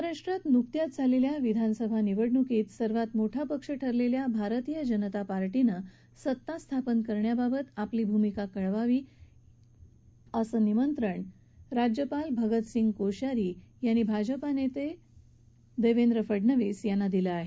महाराष्ट्रात नुकत्याच झालेल्या विधानसभा निवडणुकीत सर्वात मोठा पक्ष ठरलेल्या भारतीय जनता पार्टीनं सत्ता स्थापन करण्याबाबत आपली भूमिका कळवावी असं निमंत्रण राज्यपाल भगतसिंग कोश्यारी यांनी भाजपा नेते देवेंद्र फडणवीस यांना दिलं आहे